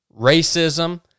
racism